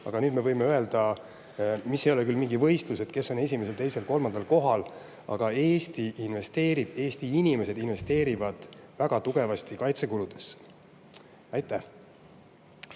Aga nüüd me võime öelda, mis ei ole küll mingi võistlus, et kes on esimesel-teisel-kolmandal kohal, kuid Eesti investeerib ja Eesti inimesed investeerivad väga palju kaitsekuludesse.